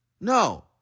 No